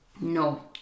no